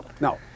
No